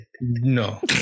No